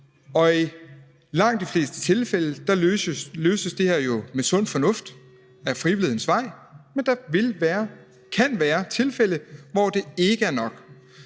I langt de fleste tilfælde løses det her jo med sund fornuft ad frivillighedens vej, men der kan være tilfælde, hvor det ikke er nok,